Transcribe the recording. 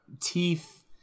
teeth